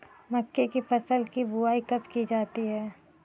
मक्के की फसल की बुआई कब की जाती है?